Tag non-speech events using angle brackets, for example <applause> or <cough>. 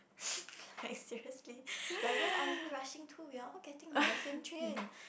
<breath> like seriously like where are you rushing to we're all getting on the same train